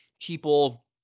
people